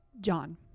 John